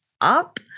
up